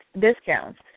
discounts